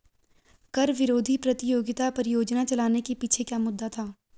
कर विरोधी प्रतियोगिता परियोजना चलाने के पीछे क्या मुद्दा था?